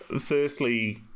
Firstly